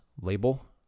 label